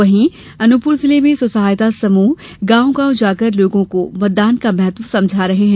वहीं अनूपपुर जिले में स्व सहायता समूह गांव गांव जाकर लोगों को मतदान का महत्व समझा रहे हैं